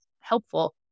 helpful